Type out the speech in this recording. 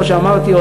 כמו שאמרתי,